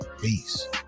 Peace